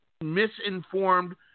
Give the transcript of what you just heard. misinformed